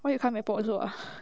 why you come airport also ah